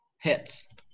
Hits